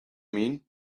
mean